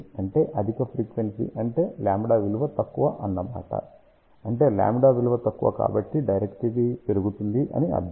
అంటే అధిక ఫ్రీక్వెన్సీ అంటే λ విలువ తక్కువ అన్నమాట అంటే λ విలువ తక్కువ కాబట్టి డైరెక్టివిటీ పెరుగుతుంది అని అర్ధం